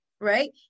Right